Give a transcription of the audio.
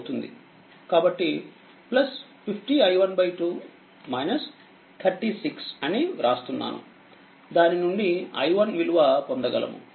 కాబట్టి 50i12 36 0అనిరాస్తున్నాను దానినుండిi1విలువ పొందగలము